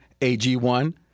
AG1